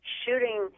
shooting